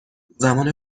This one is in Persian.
زمان